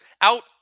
out